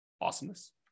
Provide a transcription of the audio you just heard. Awesomeness